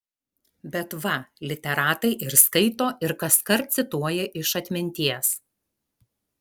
bet va literatai ir skaito ir kaskart cituoja iš atminties